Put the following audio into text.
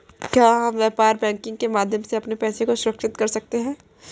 क्या हम व्यापार बैंकिंग के माध्यम से अपने पैसे को सुरक्षित कर सकते हैं?